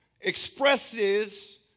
expresses